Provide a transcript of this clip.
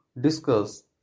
discuss